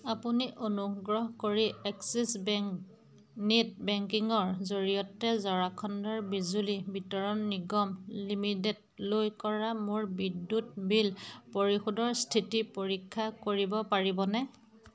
আপুনি অনুগ্ৰহ কৰি এক্সিছ বেংক নেট বেংকিঙৰ জৰিয়তে ঝাৰখণ্ড বিজলী বিতৰণ নিগম লিমিটেডলৈ কৰা মোৰ বিদ্যুৎ বিল পৰিশোধৰ স্থিতি পৰীক্ষা কৰিব পাৰিবনে